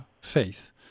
faith